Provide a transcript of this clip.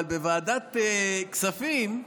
אבל בוועדת כספים,